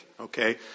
okay